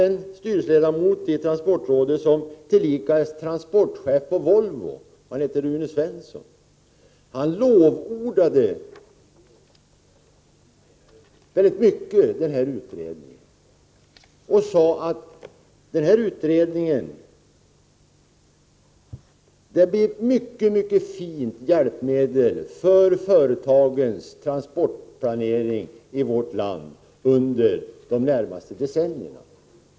En ledamot av transportrådets styrelse är tillika transportchef på Volvo. Han heter Rune Svensson. Han lovordade denna utredning och sade att den kommer att bli ett fint hjälpmedel för företagens transportplanering i vårt land under de närmaste decennierna.